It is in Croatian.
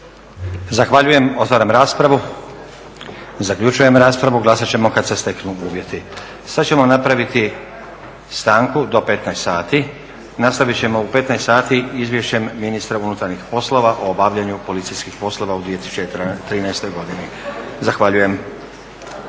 Zahvaljujem. Otvaram raspravu. Zaključujem raspravu. Glasat ćemo kad se steknu uvjeti. Sad ćemo napraviti stanku do 15 sati. Nastavit ćemo u 15 sati Izvješćem ministra unutarnjih poslova o obavljanju policijskih poslova u 2013. godini. Zahvaljujem.